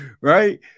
right